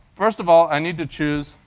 first of all, i need to choose